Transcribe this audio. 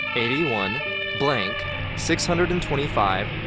eighty one blank six hundred and twenty five,